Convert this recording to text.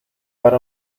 para